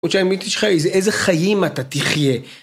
או שהאמיתית שלך היא איזה חיים אתה תחיה.